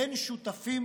בין שותפים